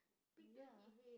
ya